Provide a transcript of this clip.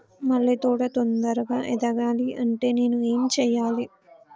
మల్లె తోట తొందరగా ఎదగాలి అంటే నేను ఏం చేయాలి?